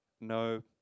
No